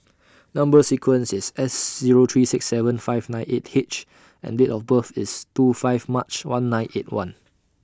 Number sequence IS S Zero three six seven five nine eight H and Date of birth IS two five March one nine eight one